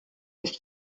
ist